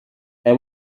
air